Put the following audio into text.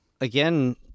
again